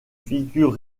figure